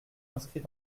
inscrit